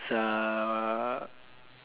err